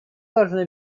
должны